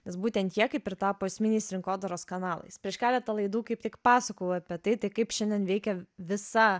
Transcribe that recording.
nes būtent jie kaip ir tapo esminiais rinkodaros kanalais prieš keletą laidų kaip tik pasakojau apie tai tai kaip šiandien veikia visa